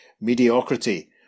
mediocrity